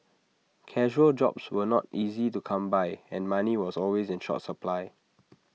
casual jobs were not easy to come by and money was always in short supply